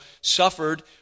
suffered